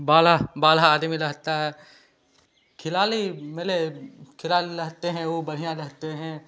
बारह बारह आदमी रहता है खिलाड़ी मेरे खिलाफ रहते हैं और बढ़िया रहते हैं